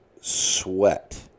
sweat